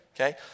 Okay